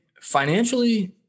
financially